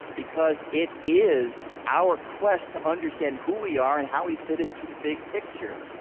because it is our quest to understand who we are and how we fit into the big picture,